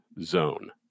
zone